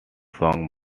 song